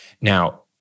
Now